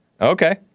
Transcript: Okay